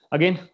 Again